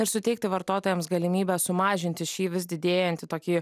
ir suteikti vartotojams galimybę sumažinti šį vis didėjantį tokį